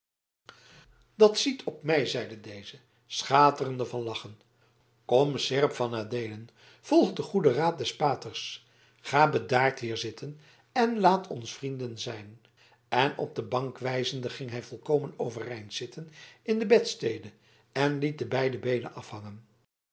dat ziet op mij zeide deze schaterende van lachen kom seerp van adeelen volg den goeden raad des paters ga bedaard weer zitten en laat ons vrienden zijn en op de bank wijzende ging hij volkomen overeind zitten in de bedstede en liet de beide beenen afhangen